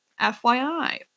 FYI